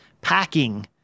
packing